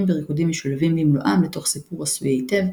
וריקודים משולבים במלואם לתוך סיפור עשוי היטב,